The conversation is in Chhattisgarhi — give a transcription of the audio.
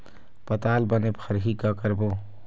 पताल बने फरही का करबो?